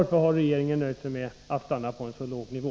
Varför har regeringen nöjt sig med att stanna på en så låg nivå?